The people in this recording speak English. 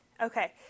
Okay